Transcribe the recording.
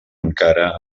encara